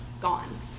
gone